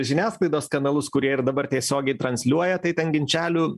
žiniasklaidos kanalus kurie ir dabar tiesiogiai transliuoja tai ten ginčelių